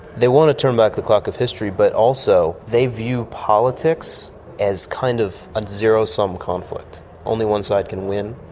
they want to turn back the clock of history, but also they view politics as kind of a zero-sum conflict only one side can win,